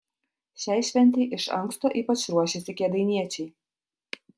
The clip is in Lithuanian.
šiai šventei iš anksto ypač ruošėsi kėdainiečiai